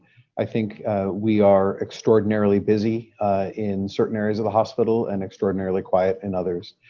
i think we are extraordinarily busy in certain areas of the hospital and extraordinarily quiet in others.